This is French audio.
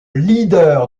leader